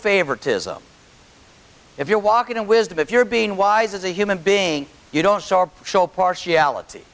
favoritism if you're walking on wisdom if you're being wise as a human being you don't start show partiality